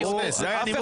זה היה הנימוק השני.